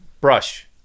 Brush